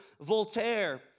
Voltaire